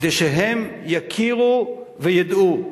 כדי שהם יכירו וידעו.